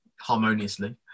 harmoniously